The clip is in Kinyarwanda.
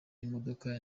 imodoka